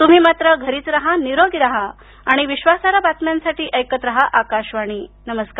तुम्ही मात्र घरीच राहा निरोगी राहा आणि विश्वासार्ह बातम्यांसाठी ऐकत राहा आकाशवाणी नमस्कार